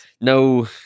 No